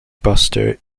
buster